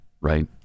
right